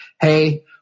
Hey